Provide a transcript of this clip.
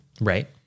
Right